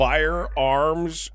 Firearms